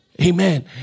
Amen